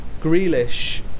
Grealish